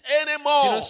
anymore